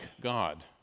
God